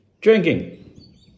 Drinking